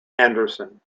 anderson